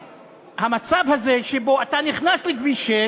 מהמצב הזה שבו אתה נכנס לכביש 6